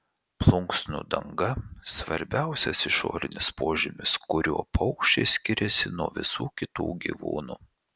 plunksnų danga svarbiausias išorinis požymis kuriuo paukščiai skiriasi nuo visų kitų gyvūnų